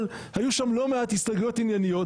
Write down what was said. אבל היו שם לא מעט הסתייגויות ענייניות,